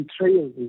betrayal